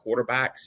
quarterbacks